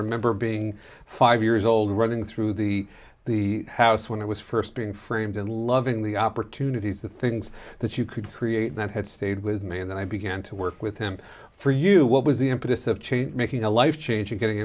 remember being five years old running through the the house when it was first being framed and loving the opportunities the things that you could create that had stay with me and i began to work with him for you what was the impetus of change making a life change and getting